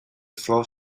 floor